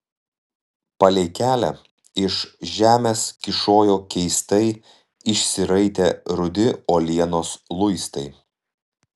palei kelią iš žemės kyšojo keistai išsiraitę rudi uolienos luistai